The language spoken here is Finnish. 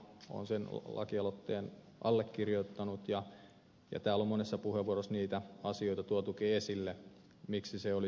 olen sen lakialoitteen allekirjoittanut ja täällä on monessa puheenvuorossa niitä asioita tuotukin esille miksi se olisi hyvä